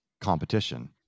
competition